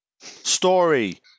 story